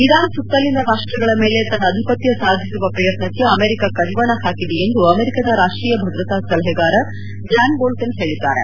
Iran ಸುತ್ತಲಿನ ರಾಷ್ಟಗಳ ಮೇಲೆ ತನ್ನ ಅಧಿಪತ್ತ ಸಾಧಿಸುವ ಪ್ರಯತ್ನಕ್ಷೆ ಅಮೆರಿಕಾ ಕಡಿವಾಣ ಹಾಕಿದೆ ಎಂದು ಅಮೆರಿಕಾದ ರಾಷ್ಟೀಯ ಭದ್ರತಾ ಸಲಹೆಗಾರ ಜಾನ್ ಬೋಲ್ವನ್ ಹೇಳದ್ದಾರೆ